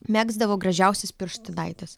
megzdavo gražiausias pirštinaites